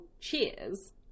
Cheers